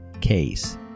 case